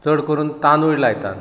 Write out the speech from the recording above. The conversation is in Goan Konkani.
चड करून तांदूळ लायतात